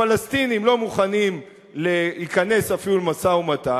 הפלסטינים לא מוכנים להיכנס אפילו למשא-ומתן.